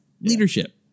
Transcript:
leadership